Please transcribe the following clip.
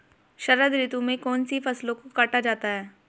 शरद ऋतु में कौन सी फसलों को काटा जाता है?